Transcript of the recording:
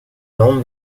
non